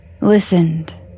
listened